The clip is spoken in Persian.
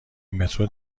مترو